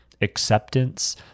acceptance